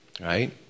right